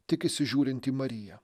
tikisi žiūrint į mariją